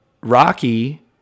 Rocky